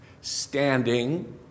Standing